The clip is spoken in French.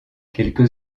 quelques